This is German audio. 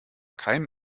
keinen